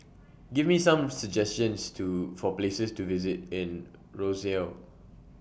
Give Me Some suggestions For Places to visit in Roseau